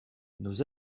nos